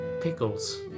Pickles